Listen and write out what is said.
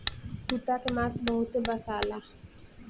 कुता के मांस बहुते बासाला